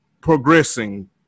progressing